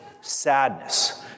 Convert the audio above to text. sadness